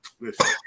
listen